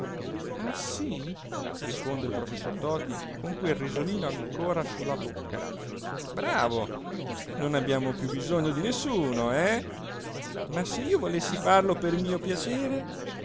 ah sì risponde il professor toti con quel risolino ancora su la bocca bravo non abbiamo più bisogno di nessuno eh ma se io volessi farlo per mio piacere